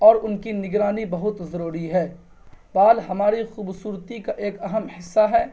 اور ان کی نگرانی بہت ضروری ہے بال ہماری خوبصورتی کا ایک اہم ِحصّہ ہے